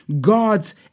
God's